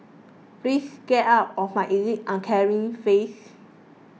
please get out of my elite uncaring face